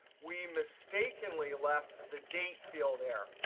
we mistakenly left the date field there.